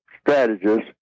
strategists